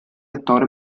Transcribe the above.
attore